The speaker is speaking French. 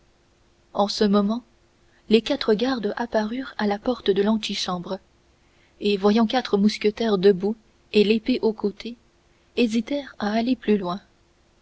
en ce moment les quatre gardes apparurent à la porte de l'antichambre et voyant quatre mousquetaires debout et l'épée au côté hésitèrent à aller plus loin